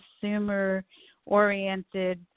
consumer-oriented